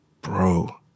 bro